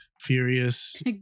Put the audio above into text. furious